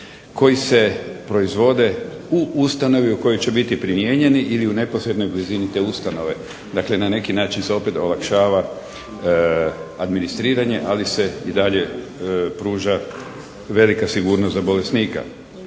koji se proizvode u ustanovi u kojoj će biti primijenjeni ili u neposrednoj blizini te ustanove. Dakle, na neki način se opet olakšava administriranje, ali se i dalje pruža velika sigurnost za bolesnika.